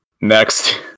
next